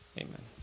Amen